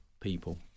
people